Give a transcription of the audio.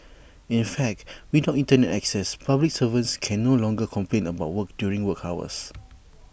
in fact without Internet access public servants can no longer complain about work during work hours